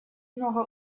много